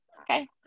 Okay